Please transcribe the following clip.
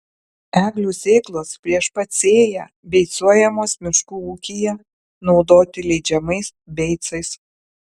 eglių sėklos prieš pat sėją beicuojamos miškų ūkyje naudoti leidžiamais beicais